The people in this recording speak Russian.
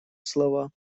слова